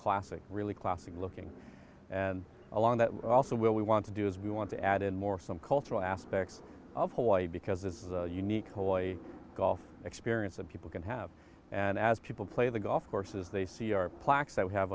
classic really classic looking and along that also will we want to do is we want to add in more some cultural aspects of hawaii because this is a unique hawaii golf experience that people can have and as people play the golf courses they see our plaques